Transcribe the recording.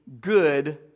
good